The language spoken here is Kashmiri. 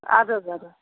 اَدٕ حظ اَدٕ حظ